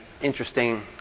interesting